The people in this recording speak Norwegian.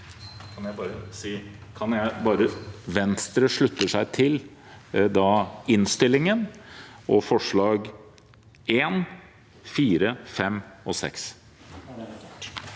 Venstre slutter seg til innstillingen og forslagene nr. 1, 4, 5 og 6.